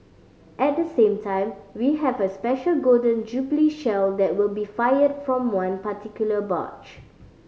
at the same time we have a special Golden Jubilee Shell that will be fired from one particular barge